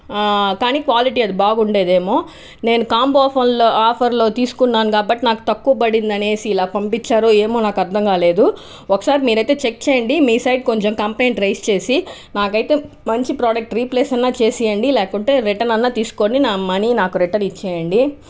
కానీ క్వాలిటీ అది బాగుండేది ఏమో నేను కాంబో ఫోన్లో ఆఫర్లో తీసుకున్నాను కాబట్టి నాకు తక్కువ పడింది అని ఇలా పంపించారు ఏమో నాకు అర్థం కాలేదు ఒకసారి మీరు అయితే చెక్ చేయండి మీ సైడ్ కొంచెం కంప్లైంట్ రైస్ చేసి నాకు అయితే మంచి ప్రోడక్ట్ రీప్లేస్ అయినా చేసి ఇవ్వండి లేకుంటే రిటర్న్ అయినా తీసుకోని నా మనీ నాకు రిటర్న్ ఇచ్చేయండి